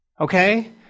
Okay